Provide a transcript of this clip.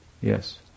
Yes